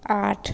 आठ